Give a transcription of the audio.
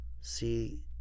See